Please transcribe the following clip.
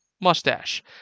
Mustache